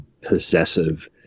possessive